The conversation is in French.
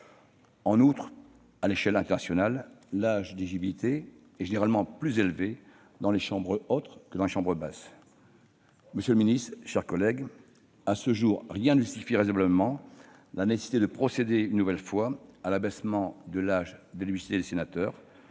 En outre, à l'échelle internationale, l'âge d'éligibilité est généralement plus élevé dans les chambres hautes que dans les chambres basses. Monsieur le secrétaire d'État, mes chers collègues, à ce jour, rien ne justifie raisonnablement la nécessité de procéder une nouvelle fois à l'abaissement de l'âge d'éligibilité des sénateurs.